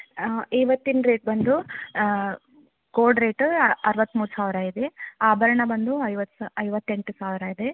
ಇವತ್ತಿನ ರೇಟ್ ಬಂದು gold rate ಅರವತ್ಮೂರು ಸಾವಿರ ಇದೆ ಆಭರಣ ಬಂದು ಐವತ್ತು ಸಾ ಐವತ್ತೆಂಟು ಸಾವಿರ ಇದೆ